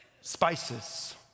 spices